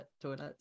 toilets